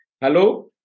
hello